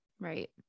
right